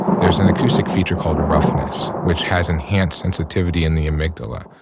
there's an acoustic feature called roughness, which has enhanced sensitivity in the amygdala,